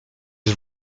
his